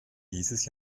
dieses